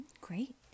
Great